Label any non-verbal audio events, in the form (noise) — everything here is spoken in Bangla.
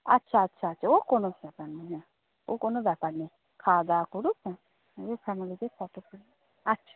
আচ্ছা আচ্ছা আচ্ছা ও কোনো ব্যাপার (unintelligible) ও কোনো ব্যাপার (unintelligible) খাওয়া দাওয়া করুক হ্যাঁ (unintelligible) ফ্যামিলিতে (unintelligible) আচ্ছা